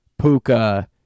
Puka